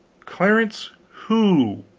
clarence who?